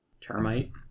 Termite